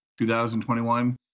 2021